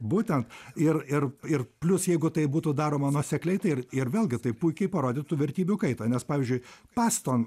būtent ir ir ir plius jeigu tai būtų daroma nuosekliai tai ir ir vėlgi tai puikiai parodytų vertybių kaitą nes pavyzdžiui paston